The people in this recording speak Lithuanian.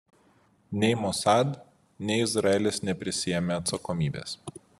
nei mossad nei izraelis neprisiėmė atsakomybės